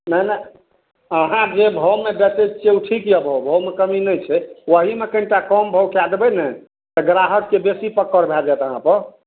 नहि नहि अहाँ जे भावमे बेचय छियै ओ ठीक यऽ भाव भावमे कमी नहि छै ओहीमे कनिटा कम भाव कए देबय ने तऽ ग्राहक बेसी पकड़ भए जायत अहाँपर